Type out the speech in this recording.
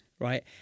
right